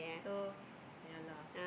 so yeah lah